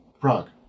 Prague